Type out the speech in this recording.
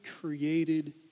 created